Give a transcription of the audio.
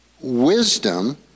Wisdom